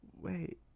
wait